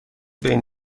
بین